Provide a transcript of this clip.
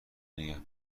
نگه